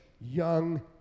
young